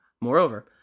Moreover